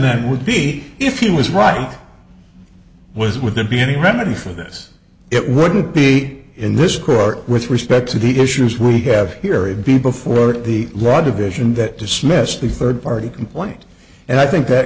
then would be if he was writing was with to be any remedy for this it wouldn't be in this court with respect to the issues we have here it be before the law division that dismissed the third party complaint and i think that